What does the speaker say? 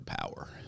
power